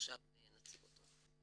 נציג אותו.